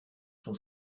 sont